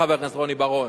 חבר הכנסת רוני בר-און,